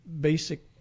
basic